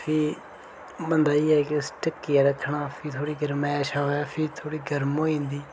फ्ही बंदा एह् ऐ कि उसी ढक्कियै रक्खना फ्ही थोह्ड़ी गर्मैश आवा फ्ही थोह्ड़ी गर्म होई जंदी